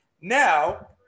Now